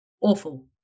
awful